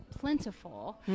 plentiful